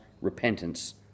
repentance